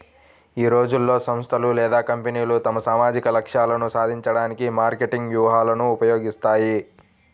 ఈ రోజుల్లో, సంస్థలు లేదా కంపెనీలు తమ సామాజిక లక్ష్యాలను సాధించడానికి మార్కెటింగ్ వ్యూహాలను ఉపయోగిస్తాయి